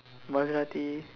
Maserati